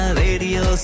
radio